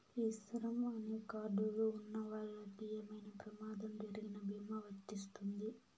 ఈ శ్రమ్ అనే కార్డ్ లు ఉన్నవాళ్ళకి ఏమైనా ప్రమాదం జరిగిన భీమా వర్తిస్తుంది